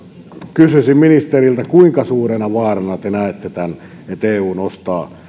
kysyisin ministeriltä kuinka suurena vaarana te näette tämän että eu nostaa